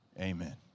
amen